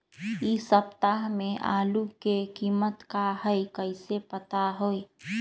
इ सप्ताह में आलू के कीमत का है कईसे पता होई?